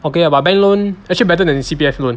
okay lah but bank loan actually better than C_P_F loan